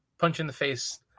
Punch-in-the-face